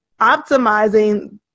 optimizing